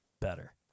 Better